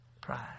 pride